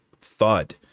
thud